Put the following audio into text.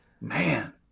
Man